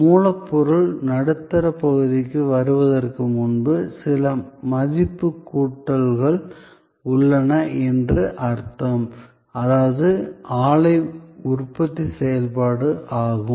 மூலப்பொருள் நடுத்தர பகுதிக்கு வருவதற்கு முன்பு சில மதிப்பு கூட்டல்கள் உள்ளன என்று அர்த்தம் அதாவது ஆலை உற்பத்தி செயல்பாடு ஆகும்